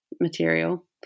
material